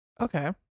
okay